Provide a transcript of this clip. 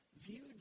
viewed